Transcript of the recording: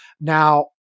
Now